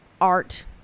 art